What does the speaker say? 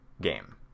game